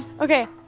Okay